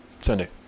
Sunday